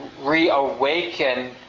reawaken